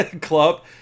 club